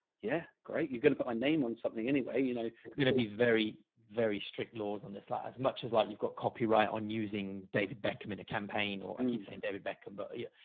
yeah, great. you've got to put my name on something. anyway, you know, i'm going to be very, very strict laws on this line. as much as like you've got copyright on using david beckham in a campaign, or i keep saying beckham, but yeah,